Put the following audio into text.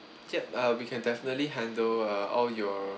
yup uh we can definitely handle uh all your